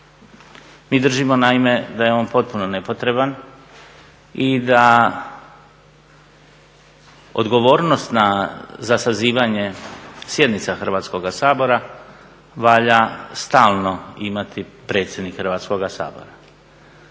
Mi držimo naime da je on potpuno nepotreban i da odgovornost za sazivanje sjednica Hrvatskoga sabora valja stalno imati predsjednik Hrvatskoga sabora.